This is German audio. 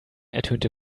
ertönte